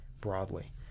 broadly